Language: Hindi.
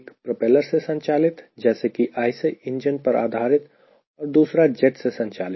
एक प्रोपेलर से संचालित जैसे कि IC इंजन पर आधारित और दूसरा जेट से संचालित